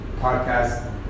podcast